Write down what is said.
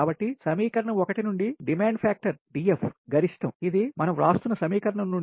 కాబట్టి సమీకరణం 1 నుండి డిమాండ్ ఫ్యాక్టర్ DF గరిష్టం ఇది మనం వ్రాస్తున్న సమీకరణం నుండి